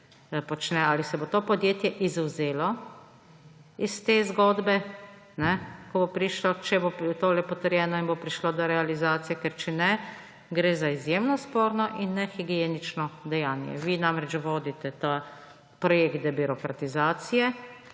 Ali se bo to podjetje izvzelo iz te zgodbe, če bo tole potrjeno in bo prišlo do realizacije? Ker če ne, gre za izjemno sporno in nehigienično dejanje. Vi namreč vodite projekt debirokratizacije,